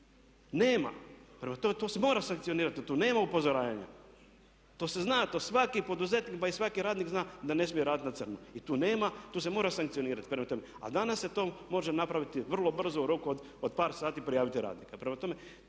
tome to se mora sankcionirati tu nema upozoravanja. To se zna, to svaki poduzetnik pa i svaki radnik zna da ne smije raditi na crno i tu nema, to se mora sankcionirati. A danas se to može napraviti vrlo brzo, u roku od par sati prijaviti radnika.